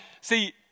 see